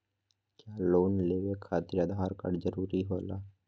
क्या लोन लेवे खातिर आधार कार्ड जरूरी होला?